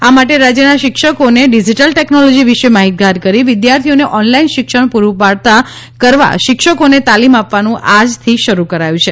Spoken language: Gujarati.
આ માટે રાજ્યના શિક્ષકોને ડીજીટલ ટેકનોલોજી વિશે માહિતીગાર કરી વિદ્યાર્થીઓને ઓનલાઇન શિક્ષણ પૂરૂ પાડતા કરવા શિક્ષકોને તાલિમ આપવાનુ આજથી શરૂ કરાયું છે